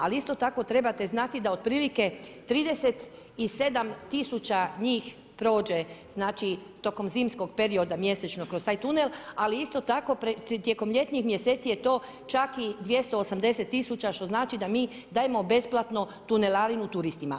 Ali, isto tako trebate znati, da otprilike 37000 njih prođe tokom zimskog perioda, mjesečno kroz taj tunel, ali isto tako, tijekom ljetnih mjeseci je to čak i 280000 što znači da mi dajemo besplatno tunelarinu turistima.